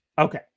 Okay